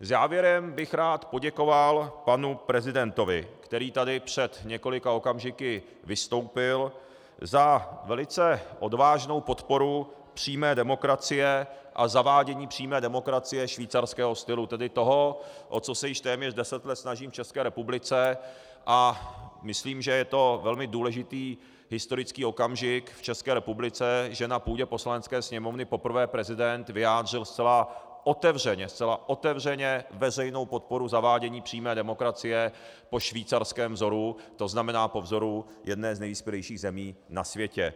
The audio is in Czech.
Závěrem bych rád poděkoval panu prezidentovi, který tady před několika okamžiky vystoupil, za velice odvážnou podporu přímé demokracie a zavádění přímé demokracie švýcarského stylu, tedy toho, o co se již téměř deset let snažím v České republice, a myslím, že je to velmi důležitý historický okamžik v České republice, že na půdě Poslanecké sněmovny poprvé prezident vyjádřil zcela otevřeně, zcela otevřeně, veřejnou podporu zavádění přímé demokracie po švýcarském vzoru, tzn. po vzoru jedné z nejvyspělejších zemí na světě.